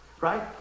right